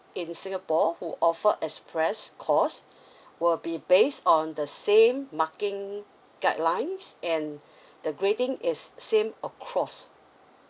in singapore who offer express course will be based on the same marking guidelines and the grading is same across